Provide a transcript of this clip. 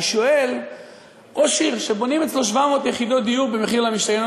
אני שואל ראש עיר שבונים אצלו 700 יחידות דיור במחיר למשתכן,